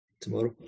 tomorrow